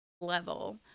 level